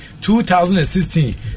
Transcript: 2016